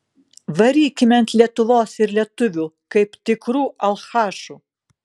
varykime ant lietuvos ir lietuvių kaip tikrų alchašų